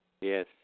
Yes